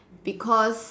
because